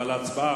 אבל בהצבעה,